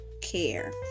care